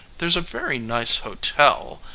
there's a very nice hotel